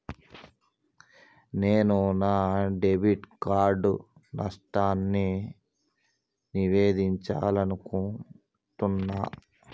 నేను నా debit card నష్టాన్ని నివేదించాలనుకుంటున్నా